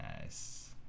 nice